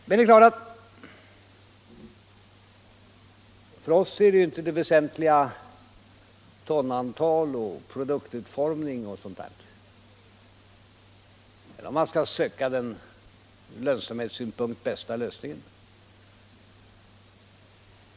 Det är klart att för oss är inte det väsentliga tonantal och produktutformning och sådant där, eller att söka den ur lönsamhetssynpunkt bästa lösningen.